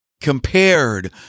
compared